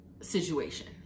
situation